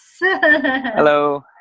Hello